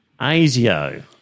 ASIO